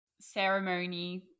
ceremony